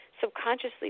subconsciously